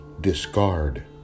discard